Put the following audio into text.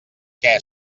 què